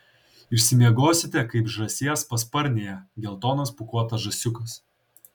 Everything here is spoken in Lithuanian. išsimiegosite kaip žąsies pasparnėje geltonas pūkuotas žąsiukas